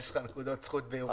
יש לך נקודות זכות בירושלים.